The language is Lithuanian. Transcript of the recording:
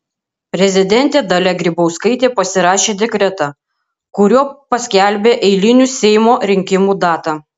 prezidentė dalia grybauskaitė pasirašė dekretą kuriuo paskelbė eilinių seimo rinkimų datą